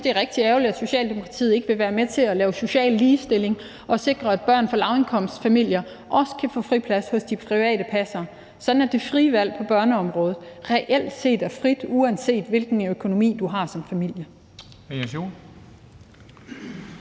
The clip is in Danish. jeg synes, det er rigtig ærgerligt, at Socialdemokratiet ikke vil være med til at lave social ligestilling og sikre, at børn fra lavindkomstfamilier også kan få friplads hos de private passere, sådan at det frie valg på børneområdet reelt set er frit, uanset hvilken økonomi du har som familie.